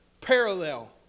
parallel